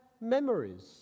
memories